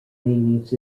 meanings